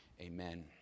Amen